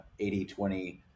80-20